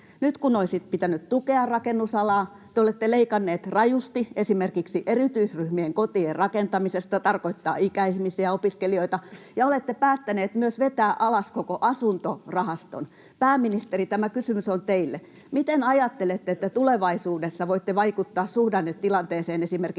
Nyt kun olisi pitänyt tukea rakennusalaa, te olette leikanneet rajusti esimerkiksi erityisryhmien kotien rakentamisesta, tarkoittaa ikäihmisiä ja opiskelijoita, ja olette päättäneet myös vetää alas koko asuntorahaston. Pääministeri, tämä kysymys on teille: miten ajattelette, että tulevaisuudessa voitte vaikuttaa suhdannetilanteeseen esimerkiksi